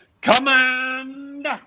Command